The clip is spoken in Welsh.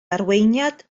arweiniad